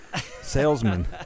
salesman